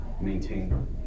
maintain